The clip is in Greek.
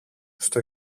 στο